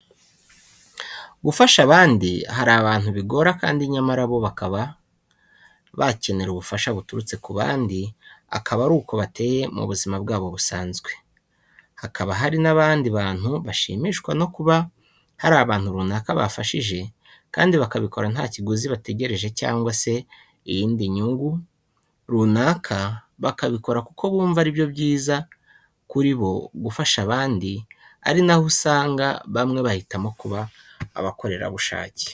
Gufasha abandi hari abantu bigora kandi nyamara bo bakaba bakenera ubufasha buturutse ku bandi akaba aruko bateye mu buzima bwabo busanzwe. Hakaba hari n'abandi bantu bashimishwa no kuba hari abantu runaka bafashije kandi bakabikora nta kiguzi bategereje cyangwa se indi nyungu runaka bakabikora kuko bumva ari byo byiza kuri bo gufasha abandi ari na'ho kandi usanga bamwe bahitamo kuba abakorerabushake.